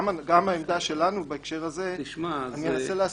גם העמדה שלנו בהקשר הזה אני אנסה להסביר.